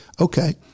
okay